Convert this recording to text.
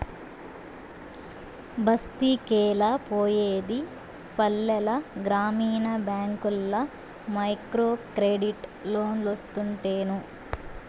బస్తికెలా పోయేది పల్లెల గ్రామీణ బ్యాంకుల్ల మైక్రోక్రెడిట్ లోన్లోస్తుంటేను